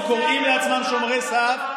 הם קוראים לעצמם שומרי סף,